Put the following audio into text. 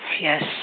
Yes